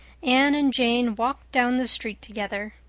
anne and jane walked down the street together.